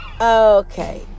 okay